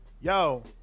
Yo